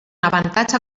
avantatge